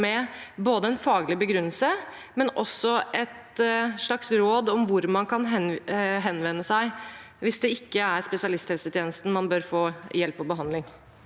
med en faglig begrunnelse og også et slags råd om hvor man kan henvende seg hvis det ikke er i spesialisthelsetjenesten man bør få hjelp og behandling?